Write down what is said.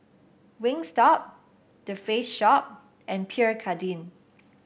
Wingstop The Face Shop and Pierre Cardin